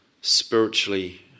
spiritually